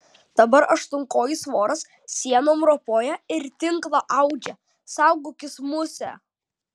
dabar aštuonkojis voras sienom ropoja ir tinklą audžia saugokis muse